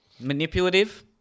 Manipulative